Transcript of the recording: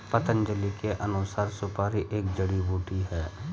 पतंजलि के अनुसार, सुपारी एक जड़ी बूटी है